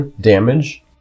damage